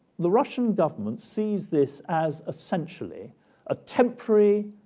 the russian government sees this as essentially a temporary